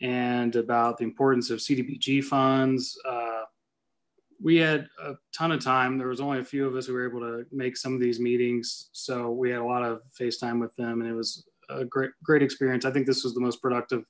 and about the importance of cdbg funds we had a ton of time there was only a few of us who were able to make some of these meetings so we had a lot of face time with them and it was a great great experience i think this was the most productive